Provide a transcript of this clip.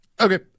Okay